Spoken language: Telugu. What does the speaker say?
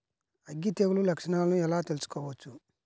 అగ్గి తెగులు లక్షణాలను ఎలా తెలుసుకోవచ్చు?